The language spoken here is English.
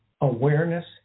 awareness